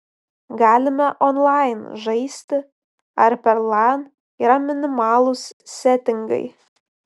galime onlain žaisti ar per lan yra minimalūs setingai